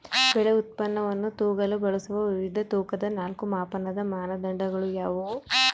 ಬೆಳೆ ಉತ್ಪನ್ನವನ್ನು ತೂಗಲು ಬಳಸುವ ವಿವಿಧ ತೂಕದ ನಾಲ್ಕು ಮಾಪನದ ಮಾನದಂಡಗಳು ಯಾವುವು?